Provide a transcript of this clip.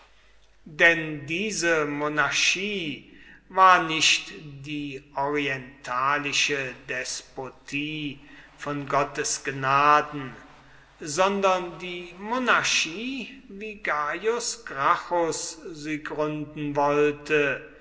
denn diese monarchie war nicht die orientalische despotie von gottes gnaden sondern die monarchie wie gaius